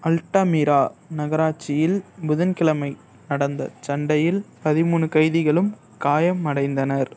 Altamira நகராட்சியில் புதன்கிழமை நடந்த சண்டையில் பதிமூணு கைதிகளும் காயமடைந்தனர்